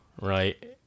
right